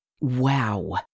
Wow